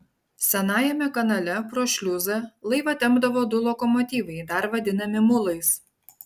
senajame kanale pro šliuzą laivą tempdavo du lokomotyvai dar vadinami mulais